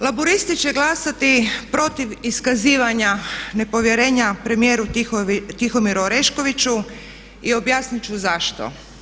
Laburisti će glasati protiv iskazivanja nepovjerenja premijeru Tihomiru Oreškoviću i objasniti ću zašto.